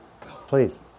please